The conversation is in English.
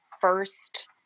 first